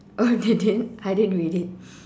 oh they didn't I didn't read it